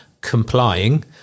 complying